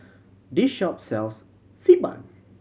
this shop sells Xi Ban